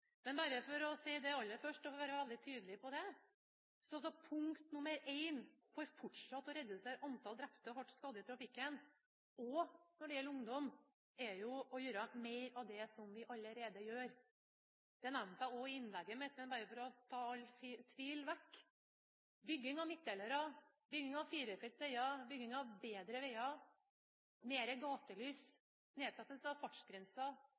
men bare for å si det aller først og være veldig tydelig på det: Punkt nr. 1 for fortsatt å redusere antall drepte og hardt skadde i trafikken også når det gjelder ungdom, er å gjøre mer av det vi allerede gjør. Det nevnte jeg også i innlegget mitt, men bare for å ta vekk all tvil: Bygging av midtdelere, bygging av firefelts veier, bygging av bedre veier,